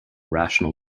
rational